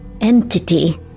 Entity